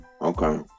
Okay